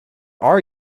are